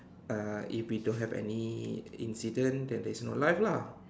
uh if we don't have any incident then there is no life lah